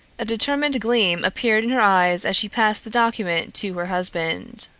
a determined gleam appeared in her eyes as she passed the document to her husband.